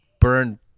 burn